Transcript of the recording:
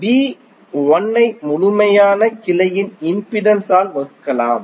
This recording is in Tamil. ஐ முழுமையான கிளையின் இம்பிடன்ஸ் ஆல் வகுக்கலாம்